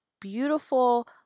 beautiful